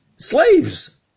Slaves